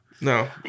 No